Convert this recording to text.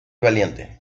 valiente